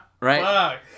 Right